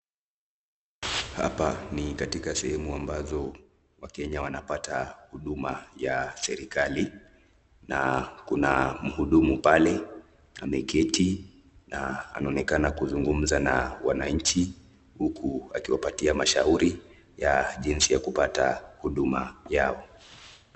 Hapa ni katika sehemu ambazo wakenya wanapata huduma ya serikali na kuna mhudumu pale, ameketi na anaonekana kuzungumza na wananchi huku akiwapatia mashauri ya jinsi ya kupata huduma yao.